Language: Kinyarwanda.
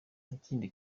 ikindi